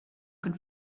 could